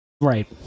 Right